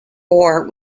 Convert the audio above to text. war